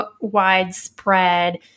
widespread